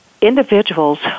individuals